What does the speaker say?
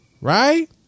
right